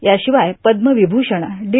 याशिवाय पद्मविभूषण डी